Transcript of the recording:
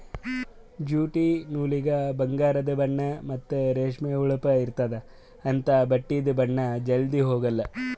jute ನೂಲಿಗ ಬಂಗಾರದು ಬಣ್ಣಾ ಮತ್ತ್ ರೇಷ್ಮಿ ಹೊಳಪ್ ಇರ್ತ್ತದ ಅಂಥಾ ಬಟ್ಟಿದು ಬಣ್ಣಾ ಜಲ್ಧಿ ಹೊಗಾಲ್